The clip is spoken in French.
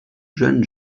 jeunes